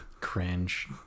Cringe